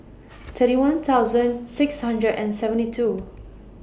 thirty one thousand six hundred and seventy two